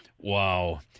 Wow